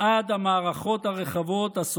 עד המערכות הרחבות, הסוציאליות,